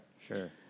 Sure